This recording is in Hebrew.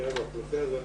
גברתי היושבת-ראש,